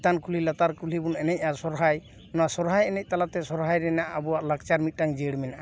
ᱪᱮᱛᱟᱱ ᱠᱩᱞᱦᱤ ᱞᱟᱛᱟᱨ ᱠᱩᱞᱦᱤ ᱵᱚᱱ ᱮᱱᱮᱡ ᱟ ᱥᱚᱨᱦᱟᱭ ᱚᱱᱟ ᱥᱚᱨᱦᱟᱭ ᱮᱱᱮᱡ ᱛᱟᱞᱛᱮ ᱥᱚᱨᱦᱟᱭ ᱨᱮᱱᱟᱜ ᱟᱵᱚᱣᱟᱜ ᱞᱟᱠᱪᱟᱨ ᱢᱤᱫᱴᱟᱝ ᱡᱤᱭᱟᱹᱲ ᱢᱮᱱᱟᱜᱼᱟ